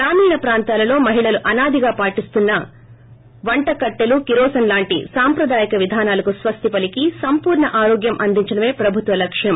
గ్రామీణ ప్రాంతాలలో మహిళలు ఆనాదిగా పాటిస్తున్న వంట కట్టెలు కిరోసిన్ లాంటి సాంప్రదాయక విధానాలనకు స్వస్తి పలికి సంపూర్ణ ఆరోగ్యం అందించడమే ప్రబుత్వ లక్షం